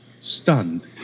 stunned